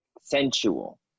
sensual